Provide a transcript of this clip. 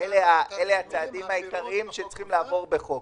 וכו' אלה הצעדים העיקריים שצריכים לעבור בחוק.